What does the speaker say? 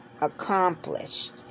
accomplished